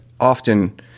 often